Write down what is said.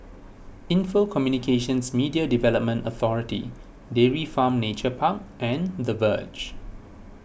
Info Communications Media Development Authority Dairy Farm Nature Park and the Verge